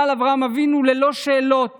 אבל אברהם אבינו ללא שאלות